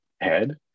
head